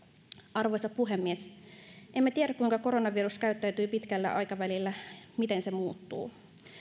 arvoisa puhemies emme tiedä kuinka koronavirus käyttäytyy pitkällä aikavälillä miten se muuttuu